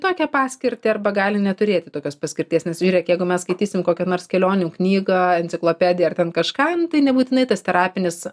tokią paskirtį arba gali neturėti tokios paskirties nes žiūrėk jeigu mes skaitysim kokią nors kelionių knygą enciklopediją ar ten kažką nu tai nebūtinai tas terapinis